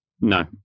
No